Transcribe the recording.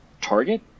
target